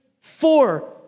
four